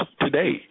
today